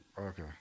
Okay